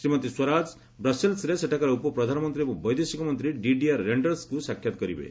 ଶ୍ରୀମତୀ ସ୍ୱରାଜ ବ୍ରସେଲସରେ ସେଠାକାର ଉପପ୍ଧାନମନ୍ତ୍ରୀ ଏବଂ ବୈଦେଶିକମନ୍ତ୍ରୀ ଡିଡିଆର୍ ରେଣ୍ଡସଙ୍କ ସାକ୍ଷାତ୍ କରିବେ